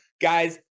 guys